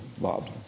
Bob